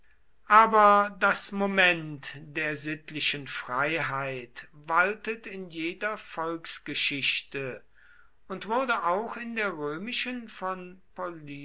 aber das moment der sittlichen freiheit waltet in jeder volksgeschichte und wurde auch in der römischen von